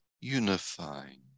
unifying